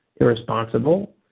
irresponsible